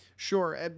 Sure